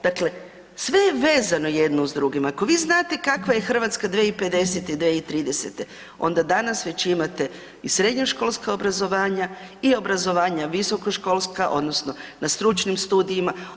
Dakle sve je vezano jedno uz drugo, ako vi znate kakva je Hrvatska 2050., 2030., onda danas već imate i srednjoškolska obrazovanja i obrazovanja visokoškolska odnosno na stručnim studijima.